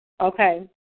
Okay